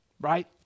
right